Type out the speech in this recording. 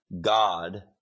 God